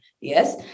Yes